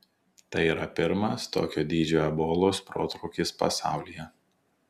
tai yra pirmas tokio dydžio ebolos protrūkis pasaulyje